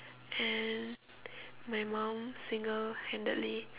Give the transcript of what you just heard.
and my mum single handedly